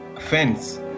fence